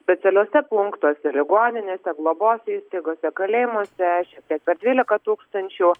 specialiuose punktuose ligoninėse globos įstaigose kalėjimuose šiek tiek per dvylika tūkstančių